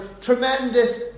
tremendous